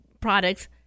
products